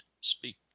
Speak